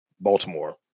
Baltimore